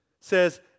says